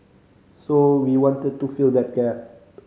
so we wanted to fill that gap